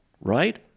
right